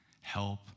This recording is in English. help